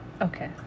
Okay